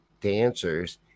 dancers